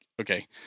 okay